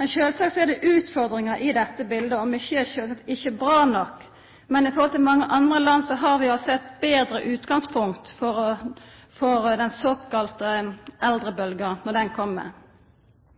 Men sjølvsagt er det utfordringar i dette biletet, og mykje er ikkje bra nok. Men i forhold til mange andre land har vi altså eit betre utgangspunkt når den såkalla eldrebølgja kjem. Senterpartiet er spesielt oppteke av at vi for